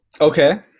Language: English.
Okay